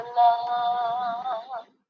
love